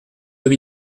deux